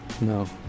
No